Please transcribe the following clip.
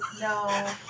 No